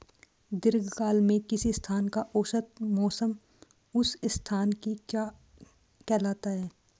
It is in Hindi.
दीर्घकाल में किसी स्थान का औसत मौसम उस स्थान की क्या कहलाता है?